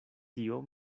tio